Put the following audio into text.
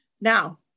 Now